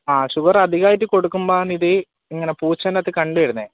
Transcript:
ആ ഷുഗർ അധികമായിട്ട് കൊടുക്കുമ്പോഴാണിത് ഇങ്ങനെ പൂച്ചയിനകത്ത് കണ്ടുവരുന്നത്